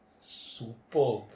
superb